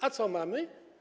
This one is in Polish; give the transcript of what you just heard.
A co mamy?